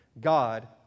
God